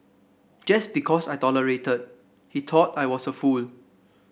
just because I tolerated he thought I was a fool